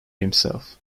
himself